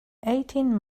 eighteen